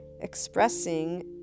expressing